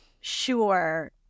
Sure